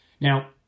Now